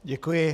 Děkuji.